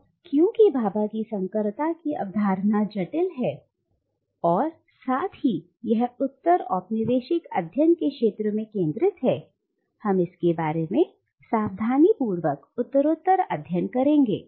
अब क्योंकि भाभा की संकरता की अवधारणा जटिल है और साथ ही यह उत्तर औपनिवेशिक अध्ययन के क्षेत्र में केंद्रित है हम इसके बारे में सावधानीपूर्वक उत्तरोत्तर अध्ययन करेंगे